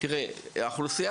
לגבי האוכלוסייה